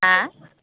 हा